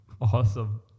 awesome